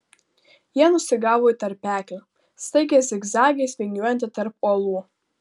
jie nusigavo į tarpeklį staigiais zigzagais vingiuojantį tarp uolų